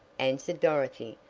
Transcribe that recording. answered dorothy.